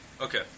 Okay